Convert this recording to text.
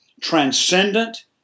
transcendent